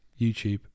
YouTube